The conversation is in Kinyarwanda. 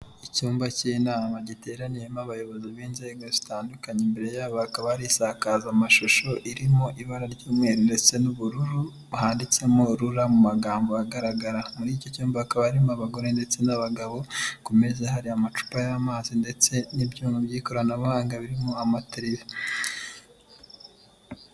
Icyumba cy'inama giteraniyemo abayobozi b'inzego zitandukanye imbere yabo bakaba arisakaza amashusho irimo ibara ry'umweru ndetse n'ubururu, handitsemo rura mu magambo agaragara muri iki cyumba akaba arimo abagore ndetse n'abagabo kumezeza hari amacupa y'amazi ndetse n'ibyo by'ikoranabuhanga birimo amatere.